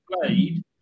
played